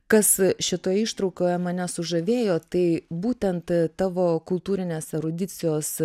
kas šitoje ištraukoje mane sužavėjo tai būtent tavo kultūrinės erudicijos